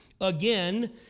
Again